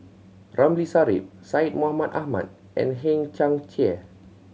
Ramli Sarip Syed Mohamed Ahmed and Hang Chang Chieh